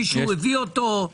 מישהו הביא אותו?